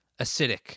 acidic